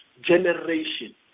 generation